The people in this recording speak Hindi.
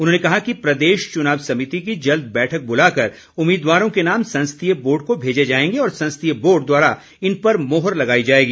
उन्होंने कहा कि प्रदेश चुनाव समिति की जल्द बैठक बुलाकर उम्मीदवारों के नाम संसदीय बोर्ड को भेजे जाएंगे और संसदीय बोर्ड द्वारा इन पर मोहर लगाई जाएगी